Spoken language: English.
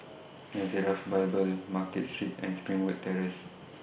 Nazareth Bible Market Street and Springwood Terrace